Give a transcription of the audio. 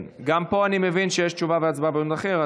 גם פה אני מבין שיש תשובה והצבעה במועד אחר,